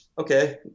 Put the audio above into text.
okay